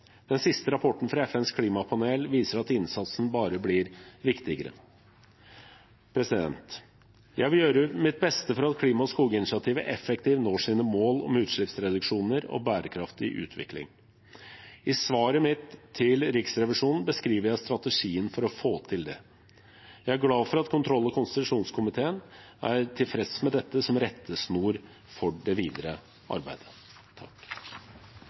Den siste rapporten fra FNs klimapanel viser at innsatsen bare blir viktigere. Jeg vil gjøre mitt beste for at klima- og skoginitiativet effektivt når sine mål om utslippsreduksjoner og bærekraftig utvikling. I svaret mitt til Riksrevisjonen beskriver jeg strategien for å få til det. Jeg er glad for at kontroll- og konstitusjonskomiteen er tilfreds med dette som rettesnor for det videre arbeidet.